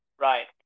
Right